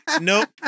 nope